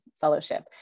fellowship